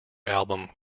album